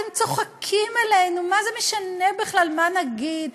אתם צוחקים עלינו, מה זה משנה בכלל מה נגיד?